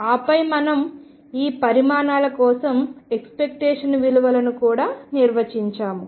ఆపై మనం ఈ పరిమాణాల కోసం ఎక్స్పెక్టేషన్ విలువలను కూడా నిర్వచించాము